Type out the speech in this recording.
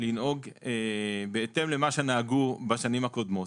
לנהוג בהתאם למה שנהגו בשנים הקודמות.